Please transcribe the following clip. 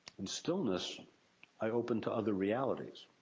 in stillness i open to other realities.